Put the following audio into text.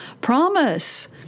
Promise